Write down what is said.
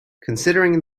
considering